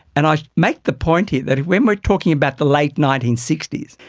and i make the point here that when we are talking about the late nineteen sixty s,